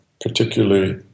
particularly